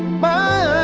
my